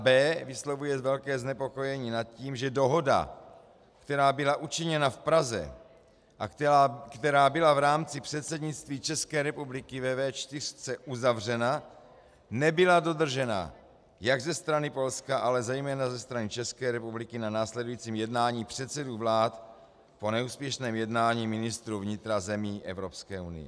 b) vyslovuje velké znepokojení nad tím, že dohoda, která byla učiněna v Praze a která byla v rámci předsednictví České republiky ve V4 uzavřena, nebyla dodržena jak ze strany Polska, ale zejména ze strany České republiky na následujícím jednání předsedů vlád po neúspěšném jednání ministrů vnitra zemí Evropské unie.